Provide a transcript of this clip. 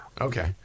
Okay